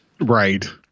Right